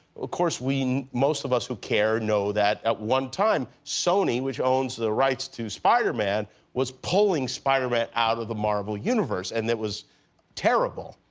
of course we most of us who care know that at one time sony, which owns the rights to spiderman was pulling spiderman out of the marvel universe, and it was terrible,